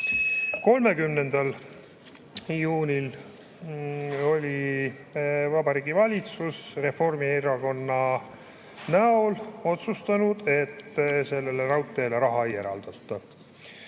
30. juunil oli Vabariigi Valitsus Reformierakonna näol otsustanud, et sellele raudteele raha ei eraldata.